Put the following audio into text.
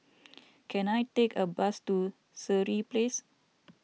can I take a bus to Sireh Place